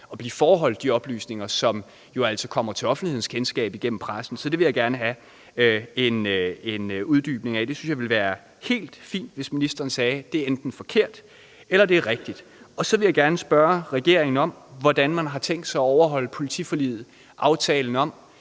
at blive foreholdt de oplysninger, som jo altså kommer til offentlighedens kendskab gennem pressen. Så det vil jeg gerne have en uddybning af. Jeg synes, det ville være helt fint, hvis ministeren sagde, om det var forkert eller rigtigt. Så vil jeg gerne spørge, hvordan regeringen har tænkt sig at overholde politiforliget, altså aftalen om,